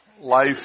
life